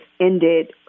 ended